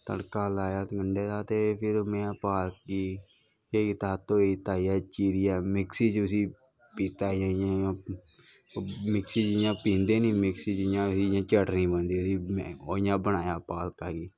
तड़का तालेआ ते गंढे दा ते फिर में पालक गी केह् कीता धोई धाइयै चीरियै मिक्सी च उसी पीह्ता इ'यां इ'यां मिक्सी च इ'यां पींह्दे नी इ'यां मिक्सी च इ'यां चटनी बनदी ओह्दी ओह् इ'यां बनाया पालका गी